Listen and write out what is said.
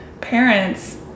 parents